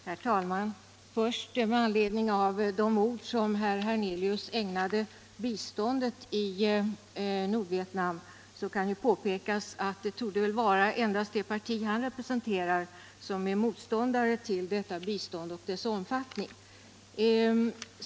Herr talman! Med anledning av de ord som herr Hernelius ägnade biståndet i Nordvietnam kan påpekas att det torde vara endast det parti han representerar som är motståndare till detta bistånd och dess omfattning.